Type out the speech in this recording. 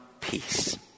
peace